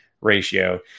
ratio